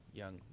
young